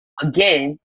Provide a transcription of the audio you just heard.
Again